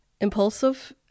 impulsive